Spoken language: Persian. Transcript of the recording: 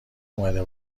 اومده